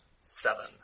Seven